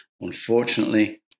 Unfortunately